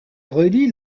relie